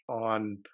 on